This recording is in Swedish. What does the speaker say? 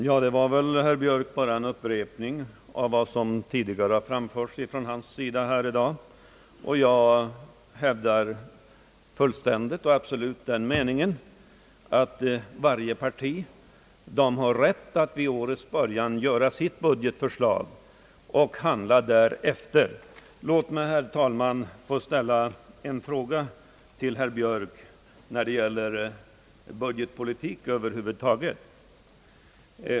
Herr talman! Vad herr Björk sade var en upprepning av vad som tidigare framförts från hans sida här i dag. Jag hävdar fullständigt och absolut den meningen, att varje parti har rätt att vid årets början göra sitt budgetförslag och handla därefter. Låt mig, herr talman, få ställa en fråga till herr Björk när det gäller budgetpolitik över huvud taget.